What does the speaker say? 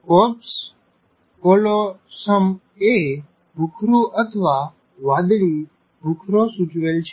corpus કોલોસમએ ભૂખરું અથવા વાદળી - ભૂખરો સુચવેલ છે